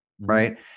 Right